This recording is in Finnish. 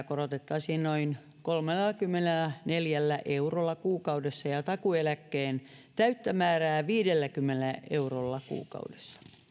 korotettaisiin noin kolmellakymmenelläneljällä eurolla kuukaudessa ja ja takuueläkkeen täyttä määrää viidelläkymmenellä eurolla kuukaudessa